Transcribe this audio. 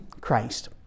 Christ